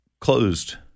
closed